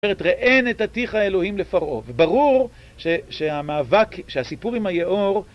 אומרת, ראה נתתיך אלוהים לפרעה. וברור ש... שהמאבק, שהסיפור עם היאור...